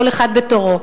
כל אחד בתורו.